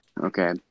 Okay